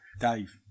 Dave